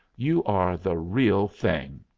you are the real thing!